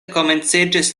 komenciĝis